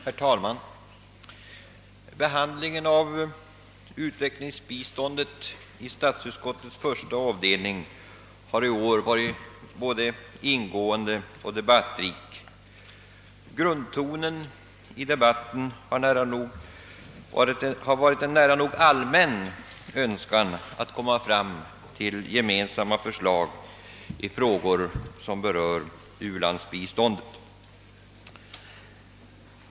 Herr talman! Behandlingen av utvecklingsbiståndet i statsutskottets första avdelning har i år varit både ingående och debattrik. Grundtonen i debatten har varit en nära nog allmän önskan att komma fram till gemensamma förslag i frågor som rör detta bistånd.